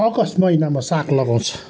August महिनामा साग लगाउँछ